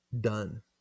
done